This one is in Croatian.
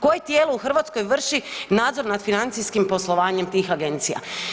Koje tijelo u Hrvatskoj vrši nadzor nad financijskim poslovanjem tih agencija?